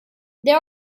there